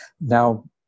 Now